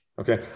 Okay